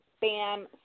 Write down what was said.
bam